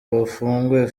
bafunguye